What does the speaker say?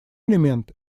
элемент